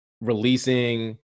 releasing